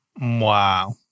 Wow